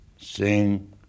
sing